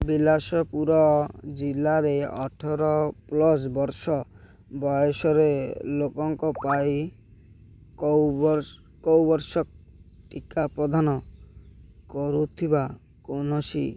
ବିଳାସପୁର ଜିଲ୍ଲାରେ ଅଠର ପ୍ଲସ୍ ବର୍ଷ ବୟସରେ ଲୋକଙ୍କ ପାଇଁ କର୍ବେଭ୍ୟାକ୍ସ ଟିକା ପ୍ରଦାନ କରୁଥିବା କୌଣସି